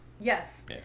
Yes